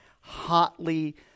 hotly